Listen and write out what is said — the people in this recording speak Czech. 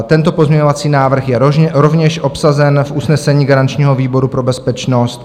Tento pozměňovací návrh je rovněž obsažen v usnesení garančního výboru pro bezpečnost.